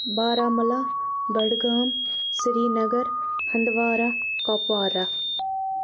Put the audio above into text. Baramulla Budgam Srinagar Handwara Kupwara